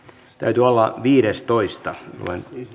täytyy olla viidestoista päättyi